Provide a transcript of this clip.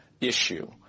issue